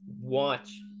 watch